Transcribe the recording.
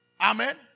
Amen